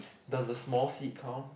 does the small seed count